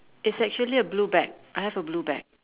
it's actually a blue bag I have a blue bag